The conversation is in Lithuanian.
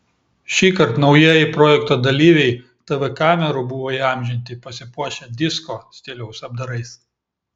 šįkart naujieji projekto dalyviai tv kamerų buvo įamžinti pasipuošę disko stiliaus apdarais